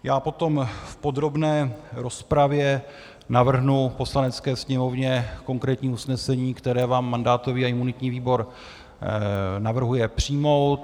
Já potom v podrobné rozpravě navrhnu Poslanecké sněmovně konkrétní usnesení, které vám mandátový a imunitní výbor navrhuje přijmout.